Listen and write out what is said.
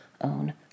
own